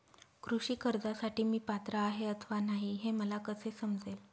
कृषी कर्जासाठी मी पात्र आहे अथवा नाही, हे मला कसे समजेल?